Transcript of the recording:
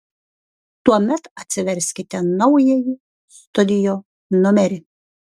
tuomet atsiverskite naująjį studio numerį